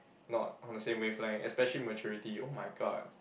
not on the same wavelength especially maturity !oh-my-god!